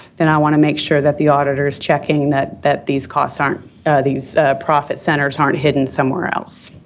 then i want to make sure that the auditor's checking that that these costs aren't these profit centers aren't hidden somewhere else.